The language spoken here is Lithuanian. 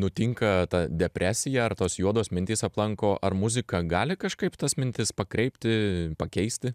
nutinka ta depresija ar tos juodos mintys aplanko ar muzika gali kažkaip tas mintis pakreipti pakeisti